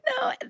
No